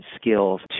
skills